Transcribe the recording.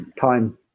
time